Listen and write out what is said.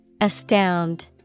Astound